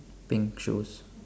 pink shoes